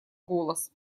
голос